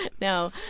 No